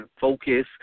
focus